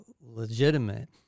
legitimate